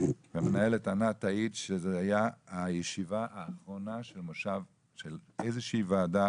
והמנהלת ענת תעיד שזו הייתה הישיבה האחרונה של איזושהי ועדה